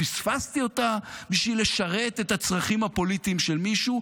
פספסתי אותה בשביל לשרת את הצרכים הפוליטיים של מישהו.